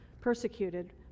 persecuted